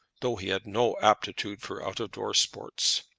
though he had no aptitude for out-of-door sports.